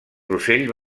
russell